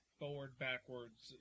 forward-backwards